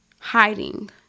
hiding